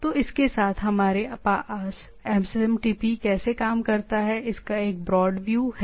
तो इसके साथ हमारे पास एसएमटीपी कैसे काम करता है इसका एक ब्रॉड ओवरव्यू है